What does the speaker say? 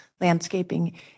landscaping